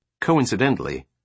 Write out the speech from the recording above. Coincidentally